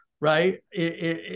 right